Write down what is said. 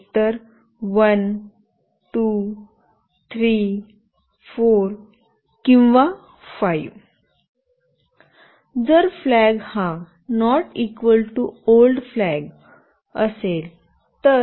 एकतर 1 2 3 4 किंवा 5 जर फ्लॅग हा not equal to old flag old flag